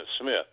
Smith